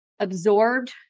absorbed